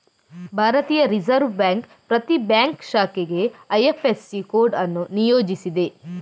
ಭಾರತೀಯ reserve bank ಪ್ರತಿ bank ಶಾಖೆಗೆ ಐ.ಎಫ್.ಎಸ್.ಸಿ ಕೋಡ್ ಅನ್ನು ನಿಯೋಜಿಸಿದೆ